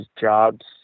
jobs